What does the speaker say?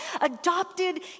adopted